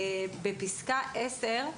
בפסקה (10),